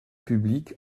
publique